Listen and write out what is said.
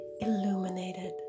Illuminated